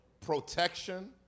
protection